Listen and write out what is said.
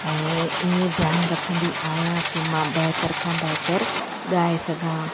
ऐं ईअं ध्यानु रखंदी आहियां की मां बहितर खां बहितर ॻाए सघां